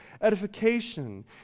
edification